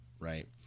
Right